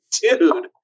dude